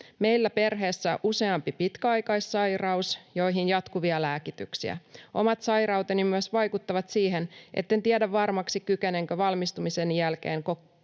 Meillä perheessä useampi pitkäaikaissairaus, joihin jatkuvia lääkityksiä. Omat sairauteni myös vaikuttavat siihen, etten tiedä varmaksi, kykenenkö valmistumisen jälkeen kokoaikatyöhön.